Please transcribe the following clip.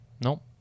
Nope